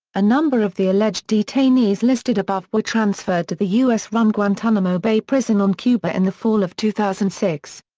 a number of the alleged detainees listed above were transferred to the u s run guantanamo bay prison on cuba in the fall of two thousand and six.